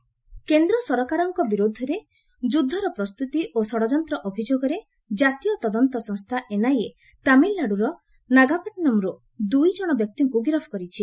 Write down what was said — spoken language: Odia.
ଏନଆଇଏ ଆରେଷ୍ଟ କେନ୍ଦ୍ର ସରକାରଙ୍କ ବିରୁଦ୍ଧରେ ଯୁଦ୍ଧର ପ୍ରସ୍ତୁତି ଓ ଷଡଯନ୍ତ୍ର ଅଭିଯୋଗରେ ଜାତୀୟ ତଦନ୍ତ ସଂସ୍ଥା ଏନଆଇଏତାମିଲନାଡୁର ନାଗାପାଟ୍ଟିନମ୍ରୁ ଦୁଇଜଣ ବ୍ୟକ୍ତିଙ୍କୁ ଗିରଫ କରିଛି